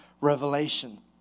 revelation